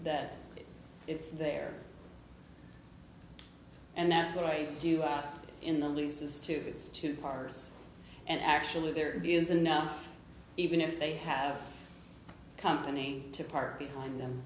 that it's there and that's what i do out in the news is two it's two cars and actually there isn't enough even if they have company to park behind them